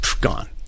gone